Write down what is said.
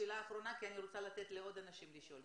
שאלה אחרונה כי אני רוצה לתת לעוד אנשים לשאול.